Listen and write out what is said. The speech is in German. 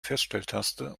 feststelltaste